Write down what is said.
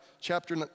chapter